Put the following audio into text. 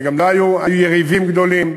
וגם לה היו יריבים גדולים.